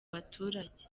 baturage